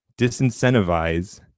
disincentivize